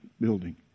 building